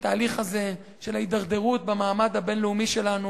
התהליך הזה של ההידרדרות במעמד הבין-לאומי שלנו